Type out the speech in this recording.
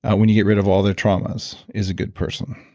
when you get rid of all their traumas, is a good person.